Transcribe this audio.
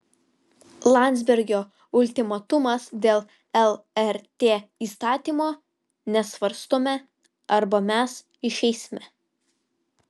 landsbergio ultimatumas dėl lrt įstatymo nesvarstome arba mes išeisime